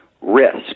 Risk